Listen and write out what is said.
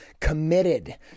committed